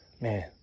man